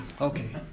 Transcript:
Okay